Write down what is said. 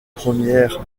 premières